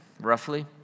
roughly